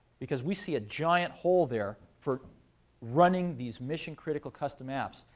because we see a giant hole there for running these mission-critical custom apps.